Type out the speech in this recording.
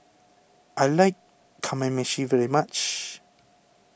I like Kamameshi very much